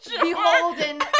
beholden